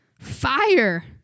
Fire